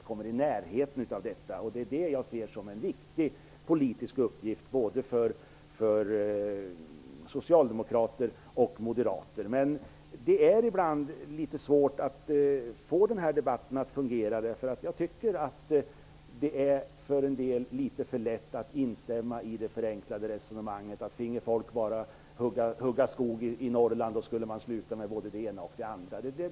Det är det som jag ser som en viktig politisk uppgift både för socialdemokrater och för moderater. Men det är ibland litet svårt att få den här debatten att fungera. Jag tycker nämligen att det för en del är litet för lätt att instämma i det förenklade resonemanget att om folk bara fick hugga skog i Norrland så skulle de sluta med både det ena och det andra.